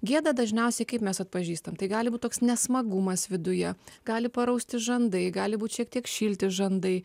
gėda dažniausiai kaip mes atpažįstam tai gali būti toks nesmagumas viduje gali parausti žandai gali būti šiek tiek šilti žandai